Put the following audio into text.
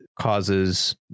causes